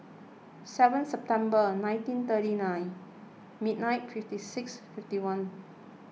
seven September nineteen thirty nine midnight fifty six fifty one